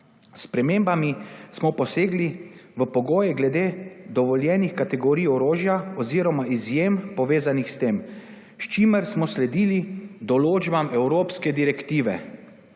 spremembami smo posegli v pogoje glede dovoljenih kategorij orožja oziroma izjem povezanih s tem, s čimer smo sledili določbam evropske direktive.